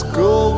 go